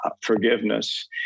forgiveness